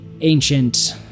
ancient